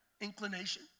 inclination